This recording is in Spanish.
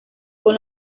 con